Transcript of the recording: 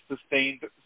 sustained